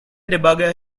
debugger